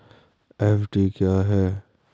FD क्या है?